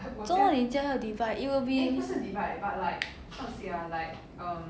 做么你这样要 divide it will be